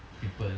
people